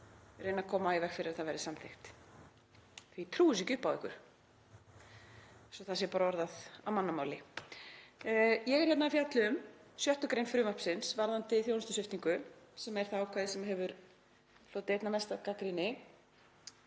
því reyna að koma í veg fyrir að það verði samþykkt, því ég trúi þessu ekki upp á ykkur, svo það sé bara orðað á mannamáli. Ég er hérna að fjalla um 6. gr. frumvarpsins varðandi þjónustusviptingu sem er það ákvæði sem hefur hlotið einna mesta gagnrýni.